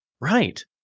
right